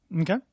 Okay